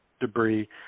debris